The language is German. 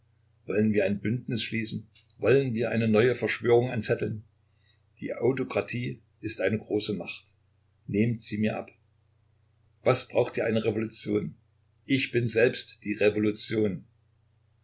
wollen wir ein bündnis schließen wollen wir eine neue verschwörung anzetteln die autokratie ist eine große macht nehmt sie mir ab was braucht ihr eine revolution ich bin selbst die revolution